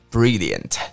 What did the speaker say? Brilliant